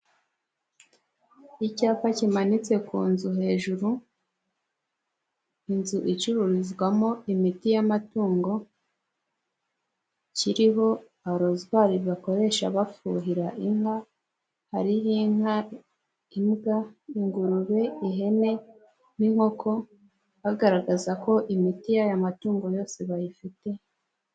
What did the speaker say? icyapa kimanitse ku nzu hejuru, inzu icururizwamo imiti y'amatungo, kiriho arozwari bakoresha buhira inka, hariho inka, imbwa, ingurube, ihene n'inkoko, bagaragaza ko imiti y'a matungo yose bayifite.